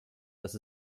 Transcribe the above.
dass